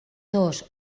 dos